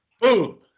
boom